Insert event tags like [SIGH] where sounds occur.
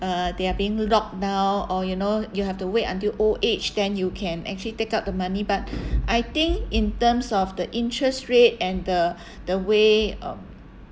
uh they're being locked now or you know you have to wait until old age then you can actually take out the money but [BREATH] I think in terms of the interest rate and the [BREATH] the way uh